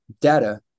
data